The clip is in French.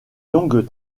longues